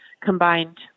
combined